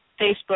Facebook